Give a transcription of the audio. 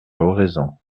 oraison